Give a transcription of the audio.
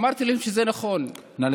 אמרתי להם: זה נכון, נא לסכם.